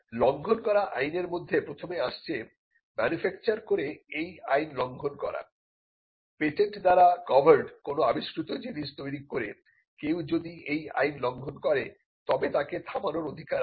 লংঘন করা আইনের মধ্যে প্রথমে আসছে মেনুফেকচার করে এই আইন লংঘন করা পেটেন্ট দ্বারা কভারড্ কোন আবিষ্কৃত জিনিস তৈরি করে কেউ যদি এই আইন লংঘন করে তবে তাকে থামানোর অধিকার আছে